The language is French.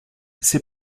c’est